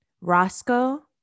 Roscoe